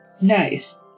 Nice